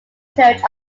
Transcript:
church